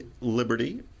Liberty